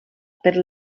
per